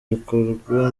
bikorwa